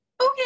okay